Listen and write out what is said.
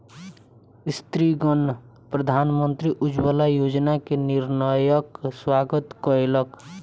स्त्रीगण प्रधानमंत्री उज्ज्वला योजना के निर्णयक स्वागत कयलक